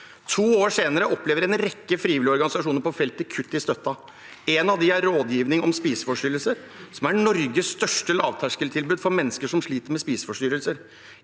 To år senere opplever en rekke frivillige organisasjoner på feltet kutt i støtten. En av dem er Rådgivning om spiseforstyrrelser, som er Norges største lavterskeltilbud for mennesker som sliter med spiseforstyrrelser.